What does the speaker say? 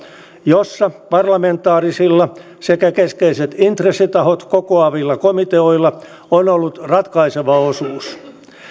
jossa parlamentaarisilla sekä keskeiset intressitahot kokoavilla komiteoilla on ollut ratkaiseva osuus